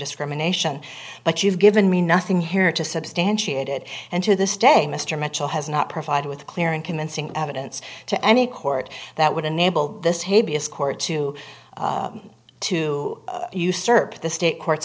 discrimination but you've given me nothing here to substantiate it and to this day mr mitchell has not provided with clear and convincing evidence to any court that would enable this hideous court to to usurp the state courts